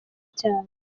cyane